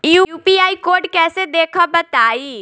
UPI code कैसे देखब बताई?